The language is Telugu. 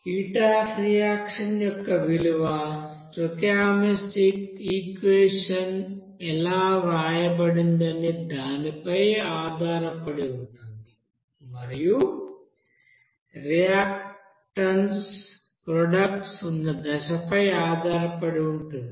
హీట్ అఫ్ రియాక్షన్ యొక్క విలువ స్టోయికియోమెట్రిక్ ఈక్వెషన్ ఎలా వ్రాయబడిందనే దానిపై ఆధారపడి ఉంటుంది మరియు రియాక్టన్స్ ప్రోడక్ట్ ఉన్న దశపై ఆధారపడి ఉంటుంది